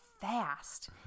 fast